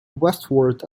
westward